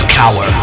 cower